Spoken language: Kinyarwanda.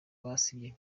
basibye